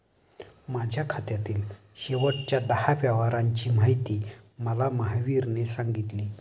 माझ्या खात्यातील शेवटच्या दहा व्यवहारांची माहिती मला महावीरने सांगितली